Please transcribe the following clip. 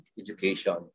education